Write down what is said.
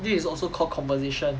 this is also called conversation